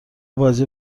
بازی